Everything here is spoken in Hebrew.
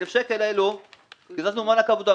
מה-1000 שקל האלה קיזזנו מענק עבודה.